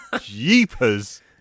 jeepers